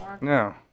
No